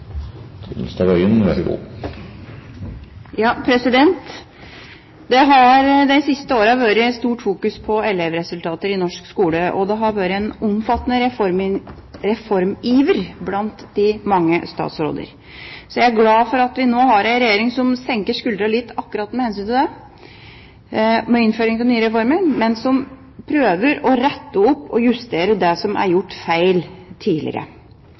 Det har de siste åra vært stort fokus på elevresultatene i norsk skole, og det har vært en omfattende reformiver blant de mange statsråder. Jeg er glad for at vi nå har en regjering som senker skuldrene litt med hensyn til innføring av nye reformer, men som prøver å rette opp og justere det som er gjort feil tidligere.